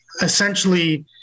essentially